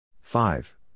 five